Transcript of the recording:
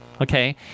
Okay